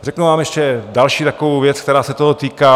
Řeknu vám ještě další takovou věc, která se toho týká.